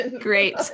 Great